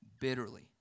bitterly